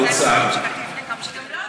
יעל פארן,